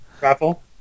Raffle